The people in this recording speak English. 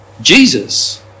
Jesus